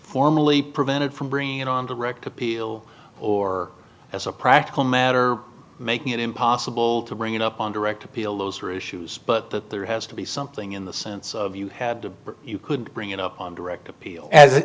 formally prevented from bringing it on direct appeal or as a practical matter making it impossible to bring it up on direct appeal those are issues but that there has to be something in the sense of you had to you could bring it up on direct appeal as